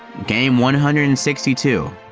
game one hundred and sixty two.